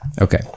Okay